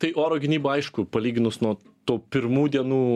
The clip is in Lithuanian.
tai oro gynyba aišku palyginus nuo tų pirmų dienų